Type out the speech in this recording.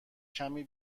کمی